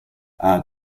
are